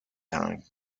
time